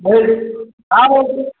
भई हाँ बोलिए